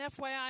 FYI